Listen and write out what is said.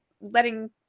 letting